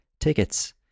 tickets